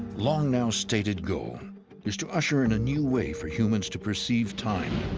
long now's stated goal is to usher in a new way for humans to perceive time